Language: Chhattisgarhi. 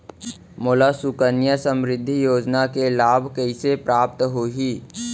मोला सुकन्या समृद्धि योजना के लाभ कइसे प्राप्त होही?